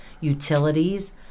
utilities